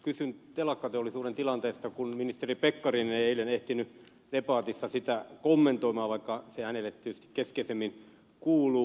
kysyn telakkateollisuuden tilanteesta kun ministeri pekkarinen ei eilen ehtinyt debatissa sitä kommentoida vaikka se hänelle tietysti keskeisemmin kuuluu